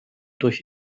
durch